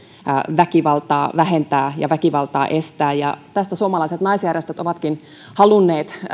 väkivaltaa vähentää ja väkivaltaa estää ja tästä suomalaiset naisjärjestöt ovatkin halunneet